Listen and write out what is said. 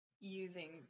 using